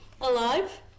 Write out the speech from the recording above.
alive